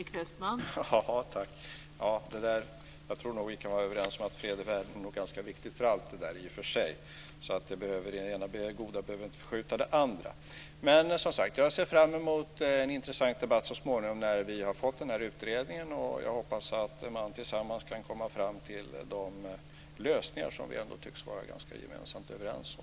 Fru talman! Jag tror nog att vi kan vara överens om att fred i världen i och för sig är ganska viktigt för allt detta. Det ena goda behöver inte förskjuta det andra. Men som sagt: Jag ser fram emot en intressant debatt när vi så småningom har fått den här utredningen. Jag hoppas att man tillsammans kan komma fram till de lösningar som vi ändå gemensamt tycks vara ganska överens om.